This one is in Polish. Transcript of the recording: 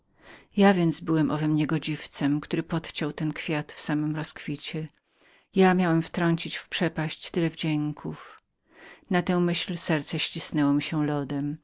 ja więc byłem owym niegodziwym który podciął ten kwiat w samym rozkwicie ja miałem wtrącić w przepaść tyle wdzięków na tę myśl serce ścięło mi się lodem